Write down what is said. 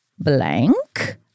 Blank